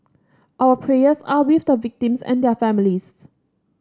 our prayers are with the victims and their families